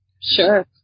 Sure